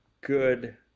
good